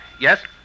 Yes